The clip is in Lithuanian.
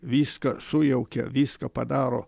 viską sujaukia viską padaro